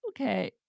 Okay